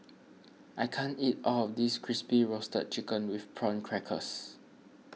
I can't eat all of this Crispy Roasted Chicken with Prawn Crackers